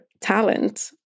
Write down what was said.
talent